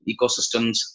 ecosystems